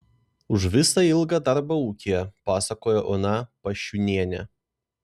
už visą ilgą darbą ūkyje pasakoja ona pašiūnienė